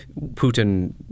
Putin